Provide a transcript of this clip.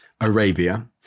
Arabia